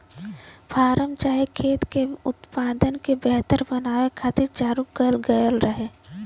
form चाहे खेत के उत्पादन के बेहतर बनावे खातिर चालू कएल गएल रहे